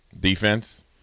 defense